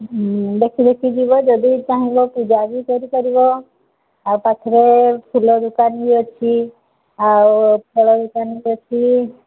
ଦେଖି ଦେଖି ଯିବ ଚାହିଁବ ଯଦି ପୂଜା ବି କରିପାରିବ ଆଉ ପାଖରେ ଫୁଲ ଦୋକାନ ବି ଅଛି ଆଉ ଫଳ ଦୋକାନ ବି ଅଛି